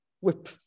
whip